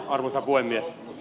arvoisa puhemies